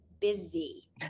busy